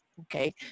Okay